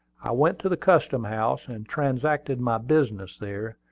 i went to the custom-house, and transacted my business there.